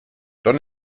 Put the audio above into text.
don